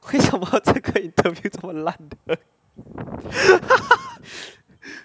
为什么这个 interview 这样烂的